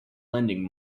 lending